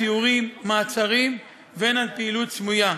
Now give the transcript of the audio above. סיורים, מעצרים, והן על פעילות סמויה.